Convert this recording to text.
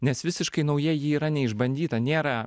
nes visiškai nauja ji yra neišbandyta nėra